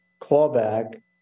clawback